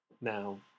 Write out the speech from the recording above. Now